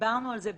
דיברנו עליו בעבר.